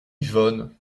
yvonne